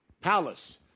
palace